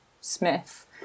Smith